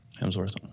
Hemsworth